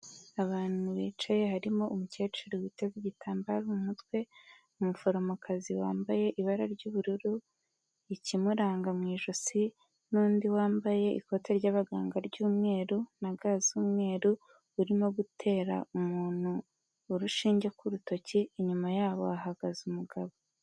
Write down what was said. Abantu bicaye, harimo umukecuru witeze igitambaro mu mutwe, umuforomokazi wambaye ibara ry'ubururu, ikimuranga mu ijosi, n'undi wambaye ikoti ry'abaganga ry'umweru, na ga z'umweru, urimo gutera umuntu urushinge ku rutoki, inyuma yabo hahagaze umugabo.